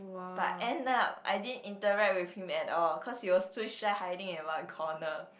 but end up I didn't interact with him at all cause he was too shy hiding in one corner